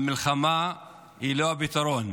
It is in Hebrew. המלחמה היא לא הפתרון.